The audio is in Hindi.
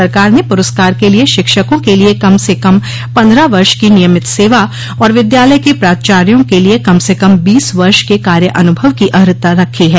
सरकार ने पुरस्कार के लिए शिक्षकों के लिए कम से कम पन्द्रह वर्ष की नियमित सेवा और विद्यालय के प्राचार्यो के लिए कम से कम बीस वर्ष के कार्य अनुभव की अर्हता रखी है